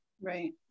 Right